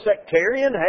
sectarian